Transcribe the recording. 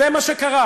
זה מה שקרה.